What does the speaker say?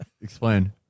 Explain